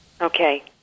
Okay